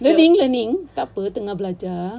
learning learning takpe tengah belajar